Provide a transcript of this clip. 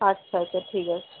আচ্ছা আচ্ছা ঠিক আছে